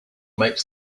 makes